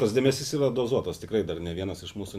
tas dėmesys yra dozuotas tikrai dar ne vienas iš mūsų